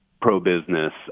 Pro-business